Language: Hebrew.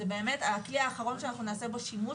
זה באמת הכלי האחרון שאנחנו נעשה בו שימוש.